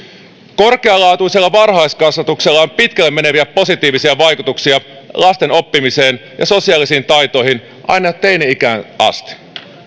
korkealaatuisella varhaiskasvatuksella on pitkälle meneviä positiivisia vaikutuksia lasten oppimiseen ja sosiaalisiin taitoihin aina teini ikään asti